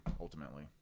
ultimately